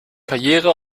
karriere